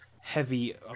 heavy